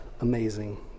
amazing